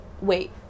wait